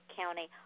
County